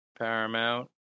paramount